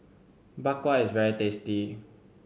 Bak Kwa is very tasty